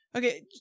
Okay